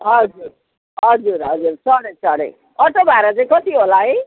हजुर हजुर हजुर चढेँ चढेँ अटो भाडा चाहिँ कति होला है